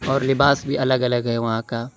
اور لباس بھی الگ الگ ہے وہاں کا